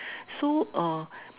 so